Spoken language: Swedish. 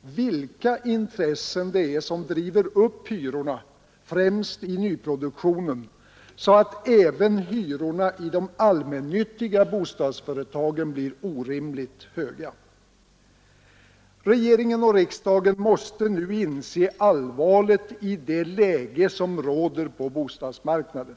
vilka intressen det är som driver upp hyrorna, främst i nyproduktionen, så att även hyrorna i de allmännyttiga bostadsföretagen blir orimligt höga. Regeringen och riksdagen måste nu inse allvaret i det läge som råder på bostadsmarknaden.